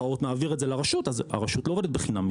מעביר את זה לרשות אז הרשות לא עובדת בחינם,